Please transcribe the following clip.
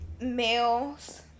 males